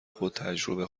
تجربه